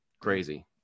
Crazy